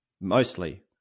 Mostly